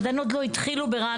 אבל עדיין לא התחילו ברעננה,